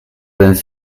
vingt